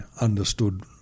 understood